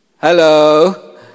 hello